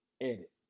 edit